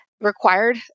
required